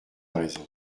raison